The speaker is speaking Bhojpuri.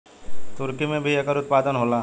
तुर्की में भी एकर उत्पादन होला